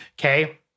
okay